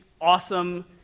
awesome